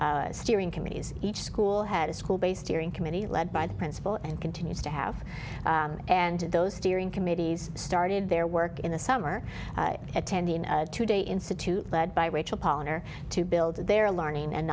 steering committees each school had a school based hearing committee led by the principal and continues to have and those steering committees started their work in the summer attending a two day institute led by rachel palmer to build their learning and